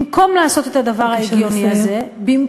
במקום לעשות את הדבר ההגיוני הזה בבקשה לסיים.